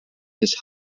his